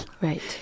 Right